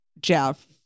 Jeff